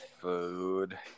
food